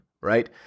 right